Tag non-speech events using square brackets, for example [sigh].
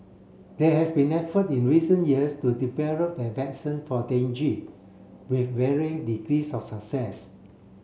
there has been effort in recent years to [unintelligible] a [unintelligible] for [unintelligible] with varying degrees of success